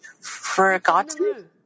forgotten